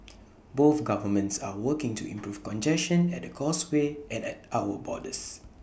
both governments are working to improve congestion at the causeway and at our borders